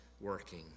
working